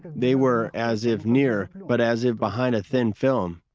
they were as if near, but as if behind a thin film.